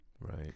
right